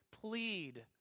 plead